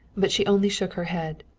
but she only shook her head.